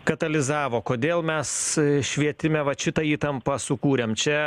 katalizavo kodėl mes švietime vat šitą įtampą sukūrėm čia